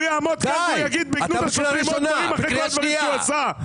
הוא יעמוד כאן ויגיד --- אחרי כל הדברים שהוא עשה.